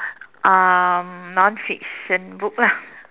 um non fiction book lah